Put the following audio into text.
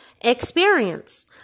Experience